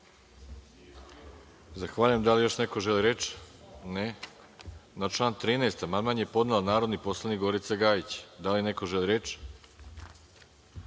Zahvaljujem. Da li još neko želi reč? (Ne)Na član 13. amandman je podnela narodni poslanik Gorica Gajić. Da li neko želi reč? Reč